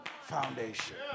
foundation